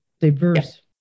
diverse